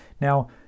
now